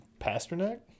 Pasternak